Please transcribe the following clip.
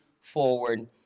forward